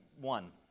One